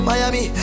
Miami